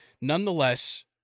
nonetheless